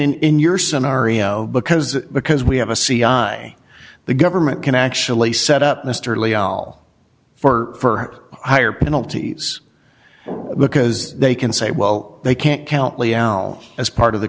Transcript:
in your scenario because because we have a c i the government can actually set up mr lay all for higher penalties because they can say well they can't count liao as part of the